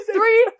Three